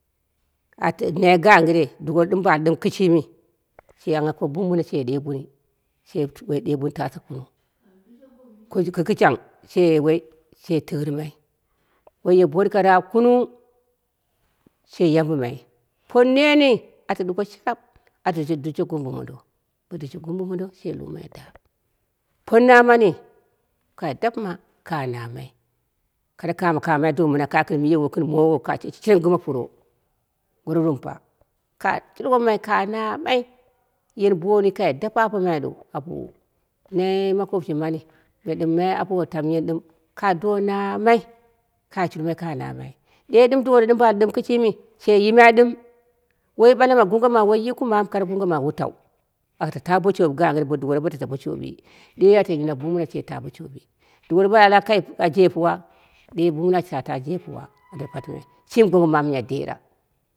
Ana gangɨre duworo ɗɨm ba ɗɨm kɨshimi, she angngha ko bumbuno she ɗe buni, she woi she ɗe buni she ta tɨrghmai boye bonko raap kunung she yambɨmai por neetni ata ɗuko sharap ata dushe gombi mondo, bo dushe gombi mondo shi humai da, por mamai kai dapɨmai kanamai koro komokamai dong mɨna ka gɨn miyowo gɨn mowo ka sheshire gɨma puro, goro rumpa, ka shulwomamai ka namai, yeni bomni kai depe apomai dou apowu, nai makopshi mani, me ɗɨm nai apowo kanyan ɗɨm, iha do namai, ka shulmai ka namai, de dɨm duworo ba kɨshimi she yimai ɗɨm woi ɓala ma gonghi ma woi jikɨu mamu kare gongho ma wutau, ata ta bo shoɓi gangɨre duworo ba tato bo shoɓi, de ata yilwa bumbuno sheta bo shoɓi, duworo ba ali kai a de puwa ɗe bumbuno ata ta bo de puwa ata patɨmai shimi gongho manru dera